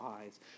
eyes